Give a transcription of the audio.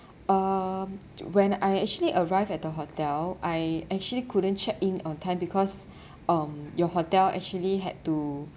um when I actually arrived at the hotel I actually couldn't check in on time because um your hotel actually had to